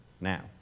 now